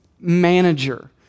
manager